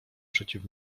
przeciw